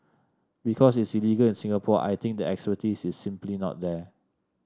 because it's illegal in Singapore I think the expertise is simply not there